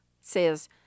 says